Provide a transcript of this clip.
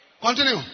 Continue